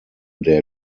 der